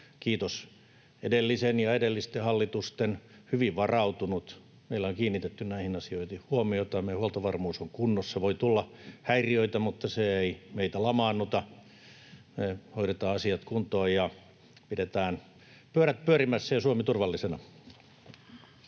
kiitos edellisen ja edellisten hallitusten, hyvin varautunut. Meillä on kiinnitetty näihin asioihin huomiota, meidän huoltovarmuutemme on kunnossa. Voi tulla häiriöitä, mutta se ei meitä lamaannuta. Me hoidetaan asiat kuntoon ja pidetään pyörät pyörimässä ja Suomi turvallisena. [Speech